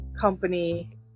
company